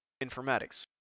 informatics